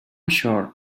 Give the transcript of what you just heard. sure